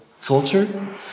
culture